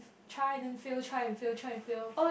try then fail try and fail try and fail